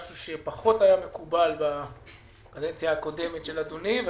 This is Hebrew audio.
משהו שפחות היה מקובל בקדנציה הקודמת של אדוני.